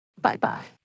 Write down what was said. Bye-bye